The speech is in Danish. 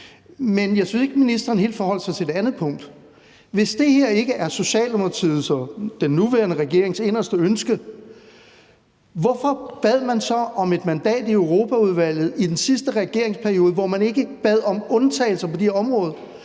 Men jeg synes ikke, at ministeren helt forholdt sig til det andet punkt. Hvis det her ikke er Socialdemokratiets og den nuværende regerings inderste ønske, hvorfor bad man så om et mandat i Europaudvalget i den sidste regeringsperiode, hvor man ikke bad om undtagelser på det her område,